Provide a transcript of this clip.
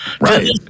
Right